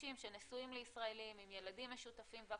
אנשים שנשואים לישראלים עם ילדים משותפים וכולי,